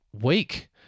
week